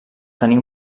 tenir